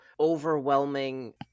overwhelming